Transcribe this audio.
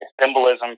symbolism